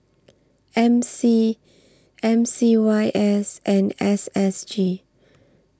M C M C Y S and S S G